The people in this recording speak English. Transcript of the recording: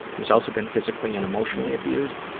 he's also been physically and emotionally abused.